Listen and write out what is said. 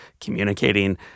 communicating